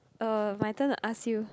uh my turn to ask you